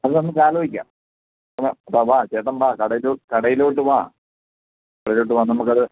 അത് നമുക്കാലോചിക്കാം വാ വാ വാ ചേട്ടൻ വാ കടയിലോ കടയിലോട്ട് വാ കടയിലോട്ട് വാ നമുക്കത്